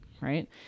right